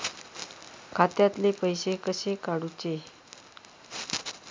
खात्यातले पैसे कसे काडूचे?